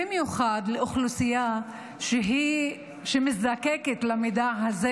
במיוחד לאוכלוסייה שנזקקת למידע הזה.